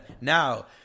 Now